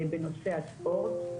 בנושא הספורט,